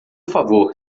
favor